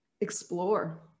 explore